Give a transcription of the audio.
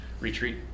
retreat